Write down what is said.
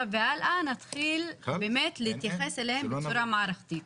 והלאה נתחיל באמת להתייחס אליהן בצורה מערכתית.